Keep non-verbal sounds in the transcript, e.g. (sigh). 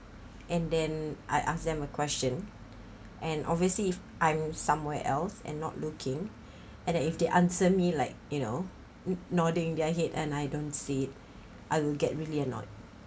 and then I ask them a question and obviously if I'm somewhere else and not looking (breath) and then if they answer me like you know n~ nodding their head and I don't see it I will get really annoyed